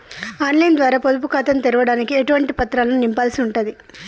On line ద్వారా పొదుపు ఖాతాను తెరవడానికి ఎటువంటి పత్రాలను నింపాల్సి ఉంటది?